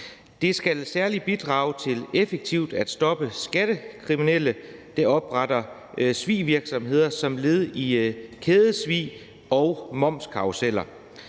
til hurtigt og effektivt at stoppe skattekriminelle, der opretter svigsvirksomheder som led i kædesvig eller momskarruseller.